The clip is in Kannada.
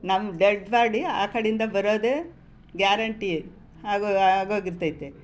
ನಮ್ಮ ಡೆಡ್ ಬಾಡಿ ಆ ಕಡೆಯಿಂದ ಬರೋದೆ ಗ್ಯಾರಂಟಿ ಆಗೋ ಆಗೋಗಿರ್ತೈತೆ